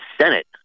Senate